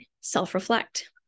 self-reflect